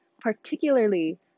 particularly